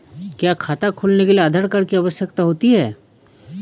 क्या खाता खोलने के लिए आधार कार्ड की आवश्यकता होती है?